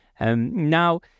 Now